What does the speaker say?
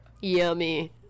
Yummy